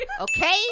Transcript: Okay